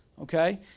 Okay